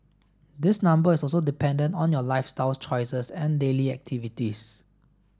this number is also dependent on your lifestyle choices and daily activities